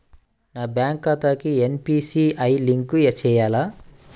నా బ్యాంక్ ఖాతాకి NPCI link చేయాలా?